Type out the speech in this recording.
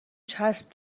چسب